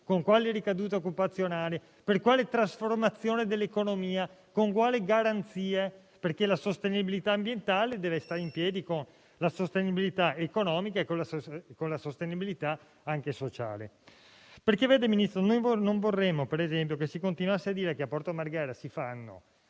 con quali ricadute occupazionali, per quale trasformazione dell'economia e con quali garanzie, perché la sostenibilità ambientale deve stare in piedi con quella economica e anche sociale. Vede, signor Ministro, non vorremmo per esempio che si continuasse a dire che a Porto Marghera si farà